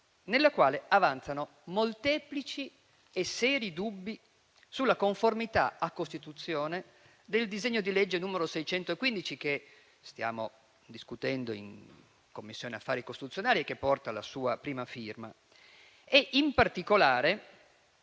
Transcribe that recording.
nella quale avanzano molteplici e seri dubbi sulla conformità alla Costituzione del disegno di legge n. 615 che stiamo discutendo in Commissione affari costituzionali e che porta la sua prima firma. In particolare